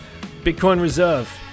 Bitcoinreserve